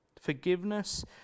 Forgiveness